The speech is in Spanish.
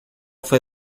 fue